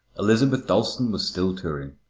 elizabeth dalstan was still touring,